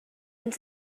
ens